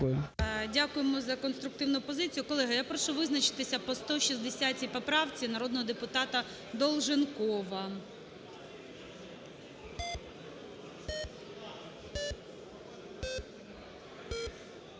Дякуємо за конструктивну позицію. Колеги, я прошу визначитися по 160 поправці народного депутата Долженкова.